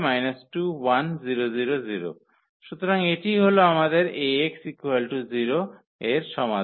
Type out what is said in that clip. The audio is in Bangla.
সুতরাং এটিই হল আমাদের 𝐴𝑥 0 এর সমাধান